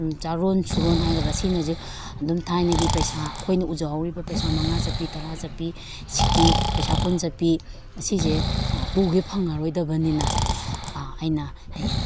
ꯆꯥꯔꯣꯟ ꯁꯨꯔꯣꯟ ꯍꯥꯏꯒꯗ꯭ꯔꯥ ꯁꯤꯅꯁꯨ ꯑꯗꯨꯝ ꯊꯥꯏꯅꯒꯤ ꯄꯩꯁꯥ ꯑꯩꯈꯣꯏꯅ ꯎꯖꯍꯧꯔꯤꯕ ꯄꯩꯁꯥ ꯃꯉꯥ ꯆꯄꯤ ꯇꯔꯥ ꯆꯄꯤ ꯁꯤꯀꯤ ꯄꯩꯁꯥ ꯀꯨꯟ ꯆꯄꯤ ꯑꯁꯤꯁꯦ ꯎꯒꯦ ꯐꯪꯉꯔꯣꯏꯗꯕꯅꯤꯅ ꯑꯩꯅ ꯍꯌꯦꯡ